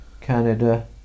Canada